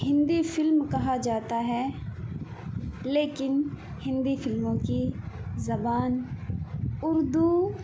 Hindi film کہا جاتا ہے لیکن ہندی فلموں کی زبان اردو